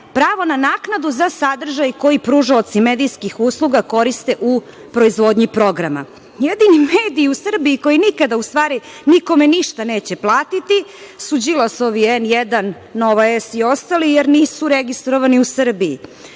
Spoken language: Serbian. pravo na naknadu za sadržaj koji pružaoci medijskih usluga koriste u proizvodnji programa. Jedini medij u Srbiji koji nikada nikome ništa neće platiti su Đilasovi N1, Nova S i ostali, jer nisu registrovani u Srbiji.